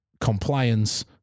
compliance